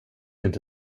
inte